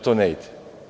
To ne ide.